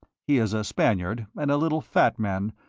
he is a spaniard, and a little fat man.